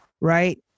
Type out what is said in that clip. right